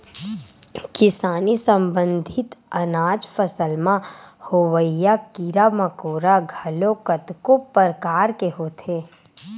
किसानी संबंधित अनाज फसल म होवइया कीरा मकोरा घलोक कतको परकार के होथे